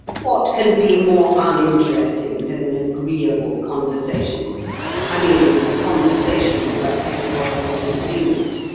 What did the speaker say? what can be more uninteresting than an agreeable conversation i mean, a conversation where everybody is in agreement?